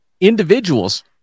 individuals